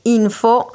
info